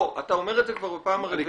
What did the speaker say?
לא, אתה אומר את זה כבר בפעם הרביעית.